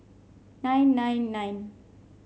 nine nine nine